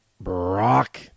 Brock